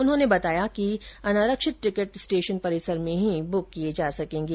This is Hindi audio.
उन्होंने बताया कि अनारक्षित टिकट स्टेशन परिसर में ही बुक किए जा सकेंगे